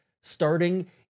starting